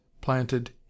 planted